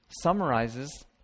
summarizes